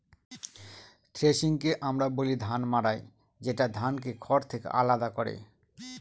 থ্রেশিংকে আমরা বলি ধান মাড়াই যেটা ধানকে খড় থেকে আলাদা করে